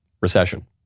recession